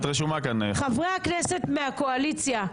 חברי הכנסת מהקואליציה,